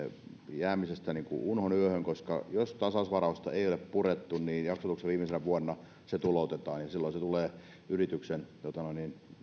jäämisestä unhon yöhön koska jos tasausvarausta ei ei ole purettu niin jaksotuksen viimeisenä vuonna se tuloutetaan ja silloin se tulee yrityksen